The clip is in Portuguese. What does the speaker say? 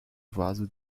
vaso